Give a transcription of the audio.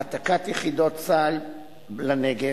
העתקת יחידות צה"ל לנגב,